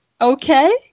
Okay